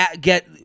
get